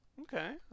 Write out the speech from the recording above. Okay